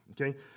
okay